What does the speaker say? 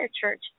church